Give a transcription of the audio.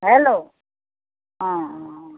hello অঁ অঁ